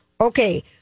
okay